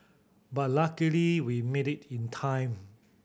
but luckily we made it in time